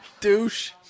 Douche